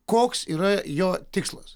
koks yra jo tikslas